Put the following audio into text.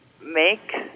make